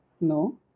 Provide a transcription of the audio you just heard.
No